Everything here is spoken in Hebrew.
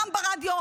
גם ברדיו,